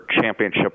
championship